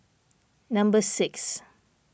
number six